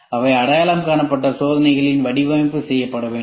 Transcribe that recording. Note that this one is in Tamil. அவை அடையாளம் காணப்பட்ட சோதனைகளின் வடிவமைப்பு செய்யப்பட வேண்டும்